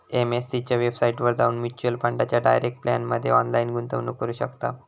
AMC च्या वेबसाईटवर जाऊन म्युच्युअल फंडाच्या डायरेक्ट प्लॅनमध्ये ऑनलाईन गुंतवणूक करू शकताव